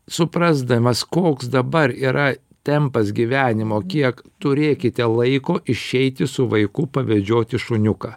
suprasdamas koks dabar yra tempas gyvenimo kiek turėkite laiko išeiti su vaiku pavedžioti šuniuką